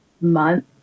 month